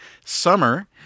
summer